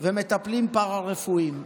ומטפלים פארה-רפואיים.